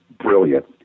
brilliant